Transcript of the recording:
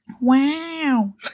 Wow